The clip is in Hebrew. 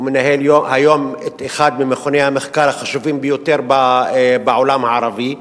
הוא מנהל היום את אחד ממכוני המחקר החשובים ביותר בעולם הערבי,